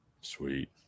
sweet